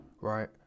right